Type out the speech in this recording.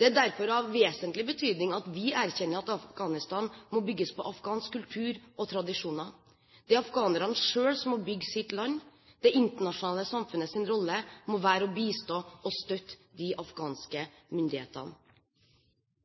Det er derfor av vesentlig betydning at vi erkjenner at Afghanistan må bygges på afghansk kultur og tradisjoner. Det er afghanerne selv som må bygge sitt land. Det internasjonale samfunnets rolle må være å bistå og støtte de afghanske myndighetene.